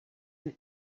and